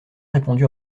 répondu